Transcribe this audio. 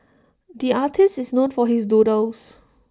the artist is known for his doodles